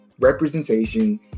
representation